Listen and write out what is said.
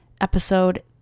episode